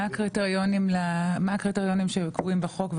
מה הקריטריונים שקבועים בחוק,